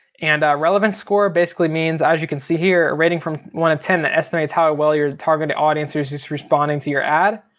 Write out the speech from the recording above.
and relevance score basically means, as you can see here, a rating from one to ten that estimates how ah well your targeted audience is is responding to your ad.